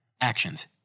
Actions